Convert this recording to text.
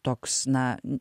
toks na